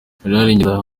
ngendahimana